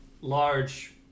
Large